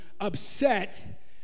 upset